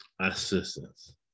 assistance